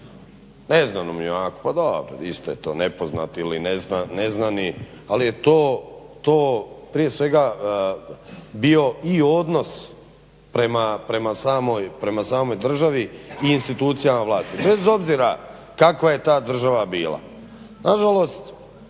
neznanom junaku pa dobro isto je to nepoznati ili neznani ali je to prije svega bio i odnos prema samoj državi i institucijama vlasti. Bez obzira kakva je ta država bila. Nažalost,